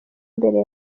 mbere